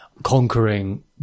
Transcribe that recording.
conquering